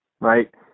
Right